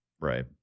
Right